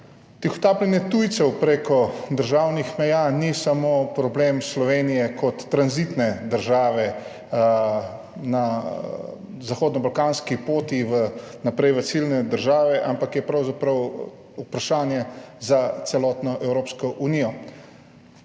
Tihotapljenje tujcev preko državnih meja ni samo problem Slovenije kot tranzitne države na zahodnobalkanski poti naprej v ciljne države, ampak je pravzaprav vprašanje za celotno Evropsko unijo.